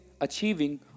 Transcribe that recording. achieving